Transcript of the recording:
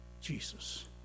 Jesus